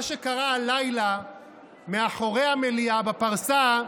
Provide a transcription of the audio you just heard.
מה שקרה הלילה מאחורי המליאה, בפרסה,